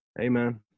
Amen